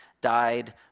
died